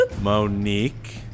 Monique